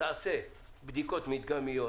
תעשה בדיקות מדגמיות